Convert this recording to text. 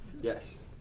yes